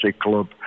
Club